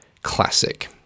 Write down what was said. classic